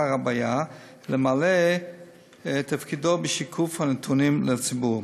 אחר הבעיה ולמלא תפקידו בשיקוף הנתונים לציבור.